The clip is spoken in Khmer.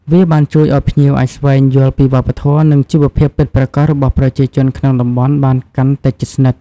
វាបានជួយឲ្យភ្ញៀវអាចស្វែងយល់ពីវប្បធម៌ និងជីវភាពពិតប្រាកដរបស់ប្រជាជនក្នុងតំបន់បានកាន់តែជិតស្និទ្ធ។